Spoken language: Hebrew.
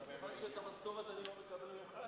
מזל שאת המשכורת אני לא מקבל ממך.